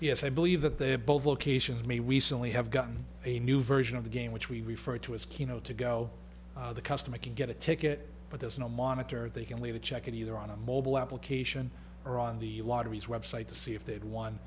yes i believe that they both locations may recently have gotten a new version of the game which we refer to as kino to go the customer can get a ticket but there's no monitor they can leave a check either on a mobile application or on the waterways website to see if they had one